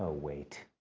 ah wait.